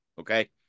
okay